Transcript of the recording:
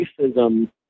racism